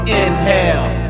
inhale